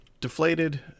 deflated